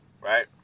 right